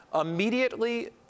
immediately